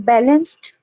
Balanced